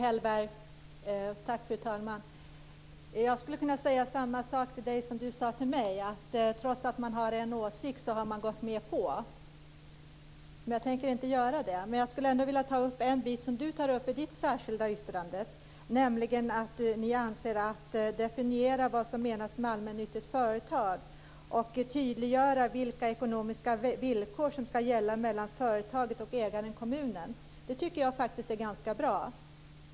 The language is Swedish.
Fru talman! Jag skulle kunna säga samma sak till Owe Hellberg som han sade till mig, att trots att man har en åsikt har man gått med på. Men jag tänker inte göra det. Men jag skulle ta upp en sak som du tar upp i ditt särskilda yttrande, nämligen att ni anser att man bör definiera vad som menas med allmännyttigt företag och tydliggöra vilka ekonomiska villkor som skall gälla mellan företaget och ägaren-kommunen. Det tycker jag faktiskt är ganska bra.